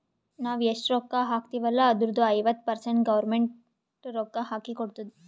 ನಾವ್ ಎಷ್ಟ ರೊಕ್ಕಾ ಹಾಕ್ತಿವ್ ಅಲ್ಲ ಅದುರ್ದು ಐವತ್ತ ಪರ್ಸೆಂಟ್ ಗೌರ್ಮೆಂಟ್ ರೊಕ್ಕಾ ಹಾಕಿ ಕೊಡ್ತುದ್